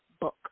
book